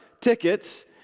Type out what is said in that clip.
tickets